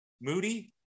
moody